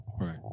Right